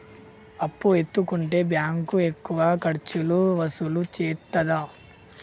అప్పు ఎత్తుకుంటే బ్యాంకు ఎక్కువ ఖర్చులు వసూలు చేత్తదా?